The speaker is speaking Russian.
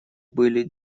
были